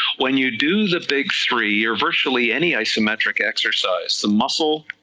when you do the big three, virtually any isometric exercise, the muscle